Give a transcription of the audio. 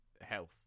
health